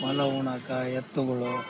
ಹೊಲ ಉಳಕ ಎತ್ತುಗಳು